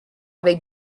avec